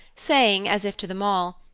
saying, as if to them all,